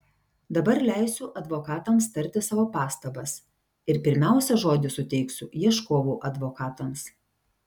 dabar leisiu advokatams tarti savo pastabas ir pirmiausia žodį suteiksiu ieškovų advokatams